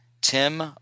Tim